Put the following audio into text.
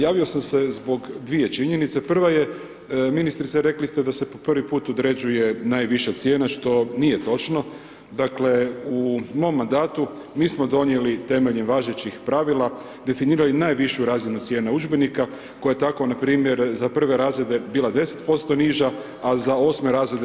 Javio sam se zbog dvije činjenice, prva je, ministrice rekli ste da se po prvi puta određuje najviša cijena Dakle u mom mandatu mi smo donijeli temeljem važećih pravila, definirali najvišu razinu cijena udžbenika koja je tako npr. za prve razrede bila 10% niža a za osme razrede 18%